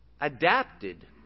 adapted